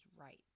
right